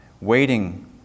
waiting